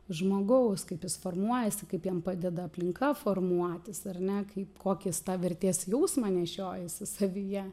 žmogaus kaip jis formuojasi kaip jam padeda aplinka formuotis ar ne kaip kokį sta vertės jausmą nešiojasi savyje